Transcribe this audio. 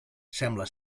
sembla